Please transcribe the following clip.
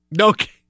Okay